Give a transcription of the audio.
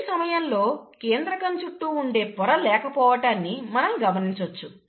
ఈ సమయంలో కేంద్రకం చుట్టూ ఉండే పోర లేకపోవటాన్ని మనం గమనించవచ్చు